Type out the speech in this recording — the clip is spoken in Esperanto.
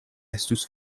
estus